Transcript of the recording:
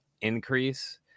increase